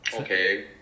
Okay